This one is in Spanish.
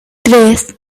tres